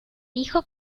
dijo